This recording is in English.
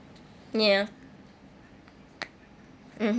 ya mmhmm